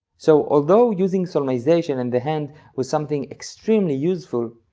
so, although using solmization and the hand was something extremely useful,